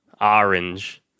Orange